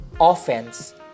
offense